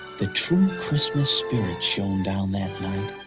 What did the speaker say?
the true christmas spirit shone down that night.